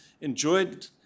enjoyed